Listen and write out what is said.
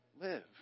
live